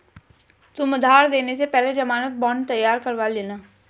तुम उधार देने से पहले ज़मानत बॉन्ड तैयार करवा लेना